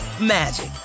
magic